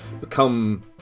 become